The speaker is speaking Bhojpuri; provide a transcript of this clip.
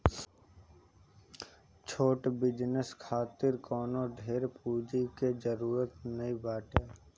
छोट बिजनेस खातिर कवनो ढेर पूंजी के जरुरत नाइ बाटे